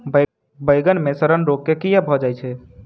बइगन मे सड़न रोग केँ कीए भऽ जाय छै?